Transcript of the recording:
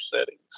settings